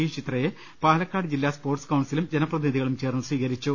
U ചിത്രയെ പാലക്കാട്ജില്ലാ sports കൌൺസിലും ജനപ്രതിനിധികളും ചേർന്ന് സ്വീകരിച്ചു